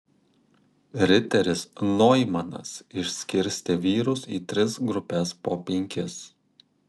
riteris noimanas išskirstė vyrus į tris grupes po penkis